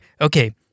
okay